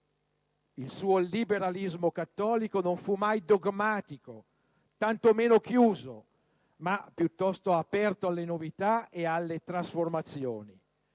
Il suo liberalismo cattolico non fu mai dogmatico, tanto meno chiuso, ma piuttosto aperto alle novità e alle trasformazioni.